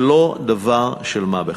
זה לא דבר של מה בכך.